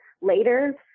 later